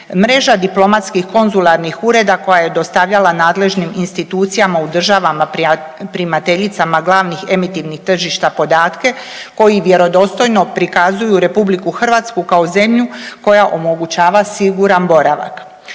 mreža diplomatskih konzularnih ureda koja je dostavljala nadležnim institucijama u državama primateljicama glavnih emitivnih tržišta podatke koji vjerodostojno prikazuju Republiku Hrvatsku kao zemlju koja omogućava siguran boravak.